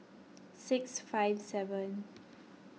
six five seven